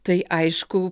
tai aišku